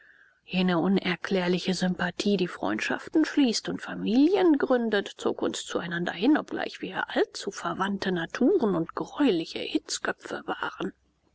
jene unerklärliche sympathie die freundschaften schließt und familien gründet zog uns zueinander hin obgleich wir allzu verwandte naturen und greuliche hitzköpfe waren